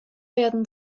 werden